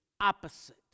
opposite